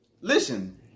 listen